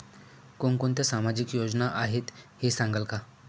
कोणकोणत्या सामाजिक योजना आहेत हे सांगाल का?